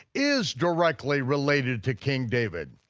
is directly related to king david.